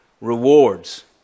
rewards